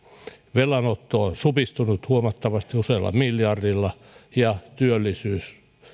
velanotto on supistunut huomattavasti usealla miljardilla ja työllisyys